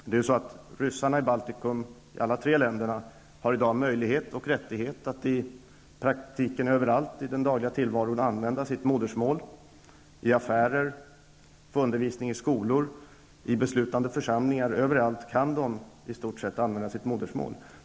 Det är ju så att ryssarna i Baltikum, i alla tre länderna, i dag har möjlighet och rättighet att i praktiken överallt i den dagliga tillvaron använda sitt modersmål. I affärer, vid undervisning i skolor, i beslutande församlingar -- överallt kan de i stort sett använda sitt modersmål.